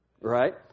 right